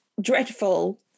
Dreadful